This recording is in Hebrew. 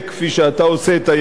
את היכולת שלה,